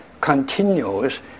continues